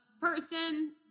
person –